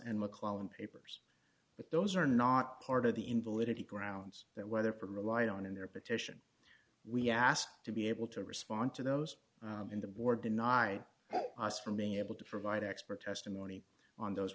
and mcclellan papers but those are not part of the invalidity grounds that whether from relied on in their petition we asked to be able to respond to those in the board deny us from being able to provide expert testimony on those